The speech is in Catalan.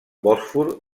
bòsfor